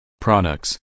products